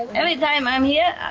every time i'm here,